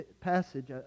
passage